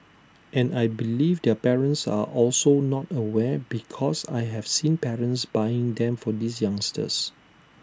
and I believe their parents are also not aware because I have seen parents buying them for these youngsters